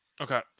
Okay